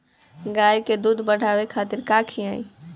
गाय के दूध बढ़ावे खातिर का खियायिं?